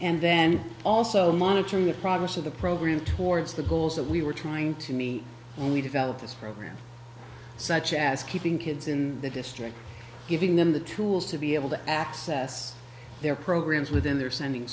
and then also monitoring the progress of the program towards the goals that we were trying to me when we developed this program such as keeping kids in the district giving them the tools to be able to access their programs within their sending